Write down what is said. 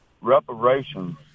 reparations